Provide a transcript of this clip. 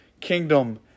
kingdom